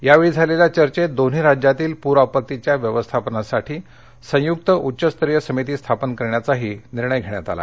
यावेळी झालेल्या चर्चेत दोन्ही राज्यांतील पूर आपत्तीच्या व्यवस्थापनासाठी संयुक्त उच्चस्तरीय समिती स्थापन करण्याचा निर्णय घेण्यात आला